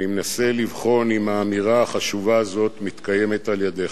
אני מנסה לבחון אם האמירה החשובה הזאת מתקיימת על-ידיך.